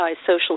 Social